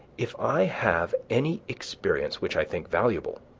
if i have any experience which i think valuable,